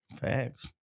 Facts